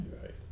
Right